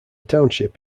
township